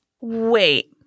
Wait